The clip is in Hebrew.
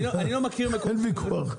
אין ויכוח.